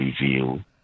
reveal